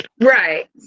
right